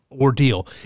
ordeal